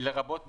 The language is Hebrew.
לרבות בשיחה,